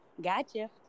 gotcha